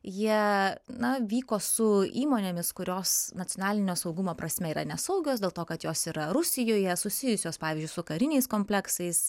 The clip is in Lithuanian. jie na vyko su įmonėmis kurios nacionalinio saugumo prasme yra nesaugios dėl to kad jos yra rusijoje susijusios pavyzdžiui su kariniais kompleksais